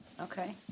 Okay